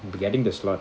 getting this slot